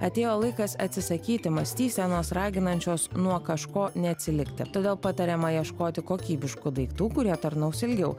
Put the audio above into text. atėjo laikas atsisakyti mąstysenos raginančios nuo kažko neatsilikti todėl patariama ieškoti kokybiškų daiktų kurie tarnaus ilgiau